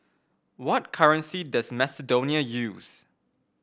what currency does Macedonia use